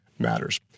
matters